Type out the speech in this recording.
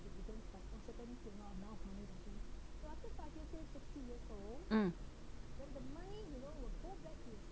mm